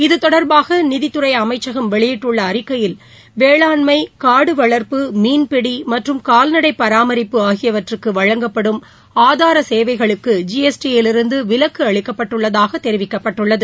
இது தொடர்பாக நிதித்துறை அமைச்சகம் வெளியிட்டுள்ள அறிக்கையில் வேளாண்மை காடு வளர்ப்பு மீன்பிடி மற்றும் கால்நடை பராமரிப்பு ஆகியவற்றுக்கு வழங்கப்படும் ஆதார சேவைகளுக்கு ஜிஎஸ்டி யிலிருந்து விலக்கு அளிக்கப்பட்டுள்ளதாக தெரிவிக்கப்பட்டுள்ளது